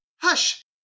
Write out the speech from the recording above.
Hush